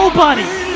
nobody!